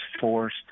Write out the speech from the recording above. forced